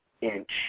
inch